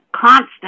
constant